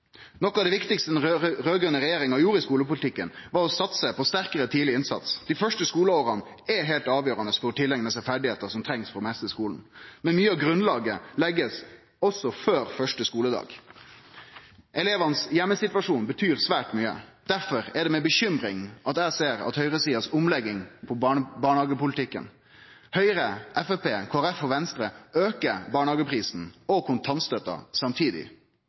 Noko av det viktigaste den raud-grøne regjeringa gjorde i skolepolitikken, var å satse på sterkare tidleg innsats. Dei første skoleåra er heilt avgjerande for å tileigne seg ferdigheiter som trengst for å meistre skolen. Men mykje av grunnlaget blir lagt også før første skuledag. Elevanes heimesituasjon betyr svært mykje. Derfor er det med bekymring eg ser på høgresidas omlegging av barnehagepolitikken. Høgre, Framstegspartiet Kristeleg Folkeparti og Venstre aukar barnehageprisane og kontantstøtta samtidig.